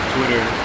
Twitter